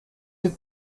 have